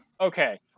Okay